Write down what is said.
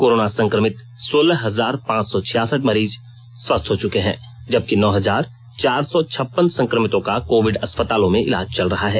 corona संक्रमित सोलह हजार पांच सौ छियासठ मरीज स्वस्थ हो चुके हैं जबकि नौ हजार चार सौ छप्पन संक्रमितों का कोविड अस्पतालों में इलाज चल रहा है